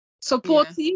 Supportive